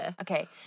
Okay